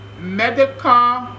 medical